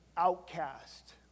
outcast